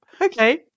Okay